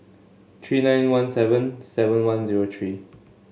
three nine one seven seven one zero three